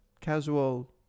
Casual